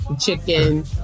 Chicken